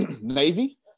Navy